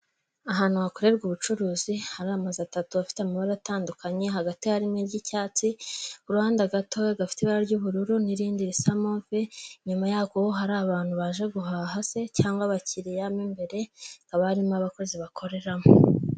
Ahantu hakorerwa ubucuruzi hari amazu atatu afite amabara atandukanye hagati harimo iry'icyatsi ku ruhande gato gafite ibara ry'ubururu n'irindi risa move inyuma yako hari abantu baje guhaha se cyangwa abakiriya b'imbere habamo abakozi bakoreramo.